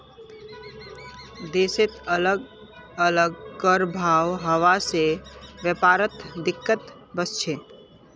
देशत अलग अलग कर भाव हवा से व्यापारत दिक्कत वस्छे